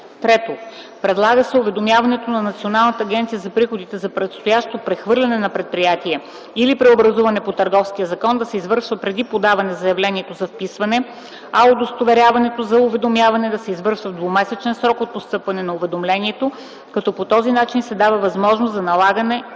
3. Предлага се уведомяването на Националната агенция за приходите за предстоящо прехвърляне на предприятие или преобразуване по Търговския закон да се извършва преди подаване на заявлението за вписване, а удостоверяването за уведомяването да се извършва в двумесечен срок от постъпване на уведомлението, като по този начин се дава възможност за налагане на